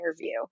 interview